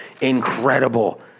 incredible